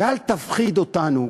ואל תפחיד אותנו.